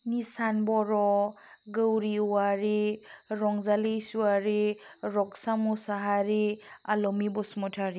Nissan बर' गौरि वारि रंजालि इस्वारि रक्सा मसाहारी आलमि बसुमतारी